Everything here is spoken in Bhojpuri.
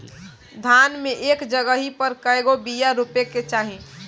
धान मे एक जगही पर कएगो बिया रोपे के चाही?